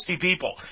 people